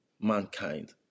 mankind